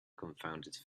confounded